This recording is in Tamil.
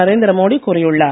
நரேந்திர மோடி கூறியுள்ளார்